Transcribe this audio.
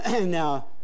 Now